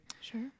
sure